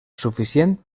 suficient